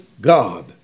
God